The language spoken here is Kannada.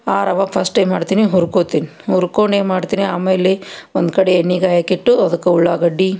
ಆ ರವೆ ಫಸ್ಟ್ ಏನು ಮಾಡ್ತೀನಿ ಹುರ್ಕೊತೀನಿ ಹುರ್ಕೊಂಡು ಏನು ಮಾಡ್ತೀನಿ ಆಮೇಲೆ ಒಂದು ಕಡೆ ಎಣ್ಣೆ ಕಾಯಕ್ಕಿಟ್ಟು ಅದಕ್ಕೆ ಉಳ್ಳಾಗಡ್ಡಿ